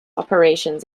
operations